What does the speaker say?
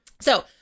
So-